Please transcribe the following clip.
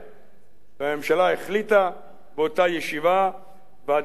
והממשלה החליטה באותה ישיבה: "ועדת השרים לענייני